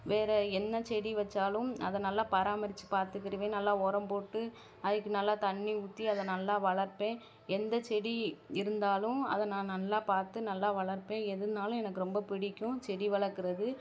வேறு என்ன செடி வச்சாலும் அதை நல்லா பராமரிச்சு பார்த்துக்கிருவேன் நல்லா உரம் போட்டு அதுக்கும் நல்லா தண்ணி ஊற்றி அதை நல்லா வளர்ப்பேன் எந்த செடி இருந்தாலும் அதை நான் நல்லா பார்த்து நல்லா வளர்ப்பேன் எதுனாலும் எனக்கு ரொம்ப பிடிக்கும் செடி வளர்க்கிறது